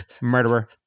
Murderer